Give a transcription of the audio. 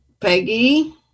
Peggy